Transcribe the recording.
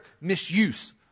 misuse